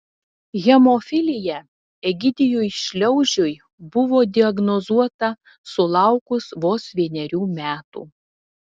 hemofilija egidijui šliaužiui buvo diagnozuota sulaukus vos vienerių metų